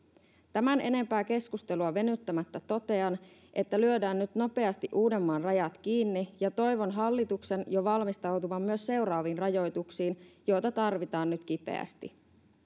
tämän enempää keskustelua venyttämättä totean että lyödään nyt nopeasti uudenmaan rajat kiinni ja toivon hallituksen jo valmistautuvan myös seuraaviin rajoituksiin joita tarvitaan nyt kipeästi